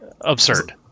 Absurd